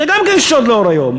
זה גם כן שוד לאור היום,